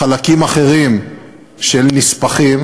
לחלקים אחרים של נספחים,